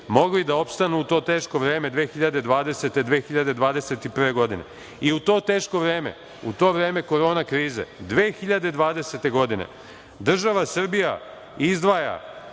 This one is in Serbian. mogli da opstane u to teško vreme 2020, 2021. godine. I u to teško vreme, u to vreme korona krize 2020. godine država Srbija izdvaja